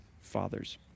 fathers